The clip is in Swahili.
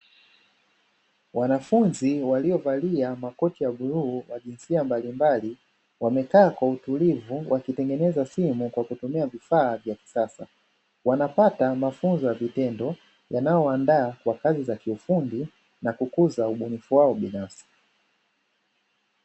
Wanafunzi waliovalia makoti ya bluu wamekaa wakitengeneza simu kwa kutumia vifaa maalumu vya kutengenezea simu walivyopewa kwa ustadi mkubwa